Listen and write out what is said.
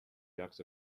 ducks